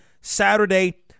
Saturday